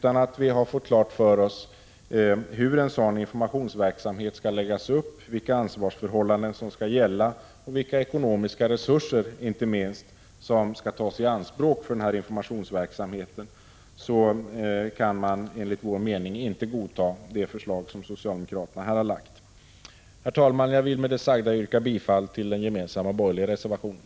Innan vi har fått klart för oss hur en sådan informationsverksamhet skall läggas upp, vilka ansvarsförhållanden som skall gälla och inte minst vilka ekonomiska resurser som skall tas i anspråk för informationsverksamheten, går det, enligt vår åsikt, inte att godta det förslag som socialdemokraterna har lagt fram. Herr talman, med det sagda yrkar jag bifall till den gemensamma borgerliga reservationen.